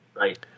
Right